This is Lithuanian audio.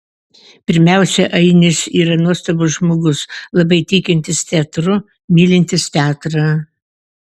pirmiausia ainis yra nuostabus žmogus labai tikintis teatru mylintis teatrą